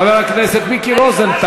חברת הכנסת איילת ורבין,